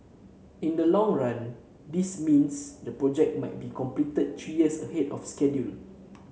in the long run this means the project might be completed three years ahead of schedule